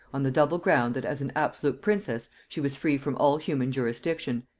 on the double ground, that as an absolute princess she was free from all human jurisdiction,